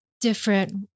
different